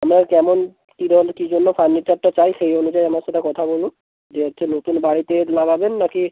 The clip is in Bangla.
আপনার কেমন কী ধরনের কী জন্য ফার্নিচারটা চাই সেই অনুযায়ী আমার সাথে কথা বলুন যে হচ্ছে নতুন বাড়িতে লাগাবেন না কি